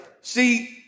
See